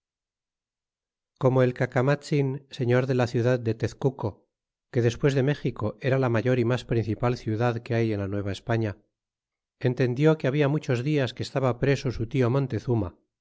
como el cacamatzin señor de la ciudad de tez cuco que despues de méxico era la mayor y mas principal ciudad que hay en la nueva españa entendió que habia muchos dias que estaba preso su tio montezuma